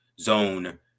zone